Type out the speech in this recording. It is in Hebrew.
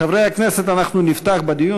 חברי הכנסת, אנחנו נפתח בדיון.